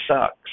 sucks